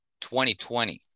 2020